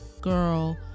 girl